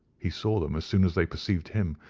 he saw them as soon as they perceived him,